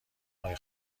های